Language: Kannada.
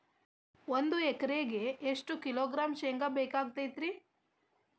ಒಂದು ಎಕರೆಗೆ ಎಷ್ಟು ಕಿಲೋಗ್ರಾಂ ಶೇಂಗಾ ಬೇಕಾಗತೈತ್ರಿ?